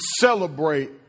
celebrate